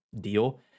deal